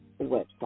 website